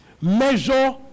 measure